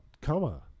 comma